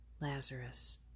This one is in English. Lazarus